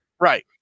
Right